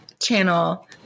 channel